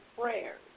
prayers